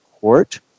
Court